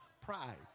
Pride